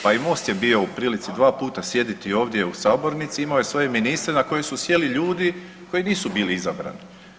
Pa i Most je bio u prilici dva puta sjediti ovdje u sabornici, imao je svoje ministre na koje su sjeli ljudi koji nisu bili izabrani.